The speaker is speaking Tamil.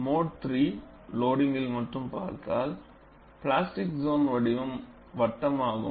மோடு III லோடிங்கிள் மட்டும் பார்த்தால் பிளாஸ்டிக் சோன் வடிவம் வட்டம் ஆகும்